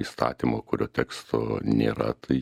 įstatymo kurio teksto nėra tai